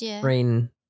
brain